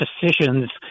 decisions